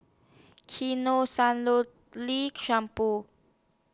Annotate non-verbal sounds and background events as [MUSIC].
[UNINTELLIGIBLE] Lee Sebamed